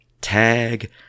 Tag